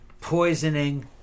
poisoning